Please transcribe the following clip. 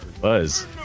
Buzz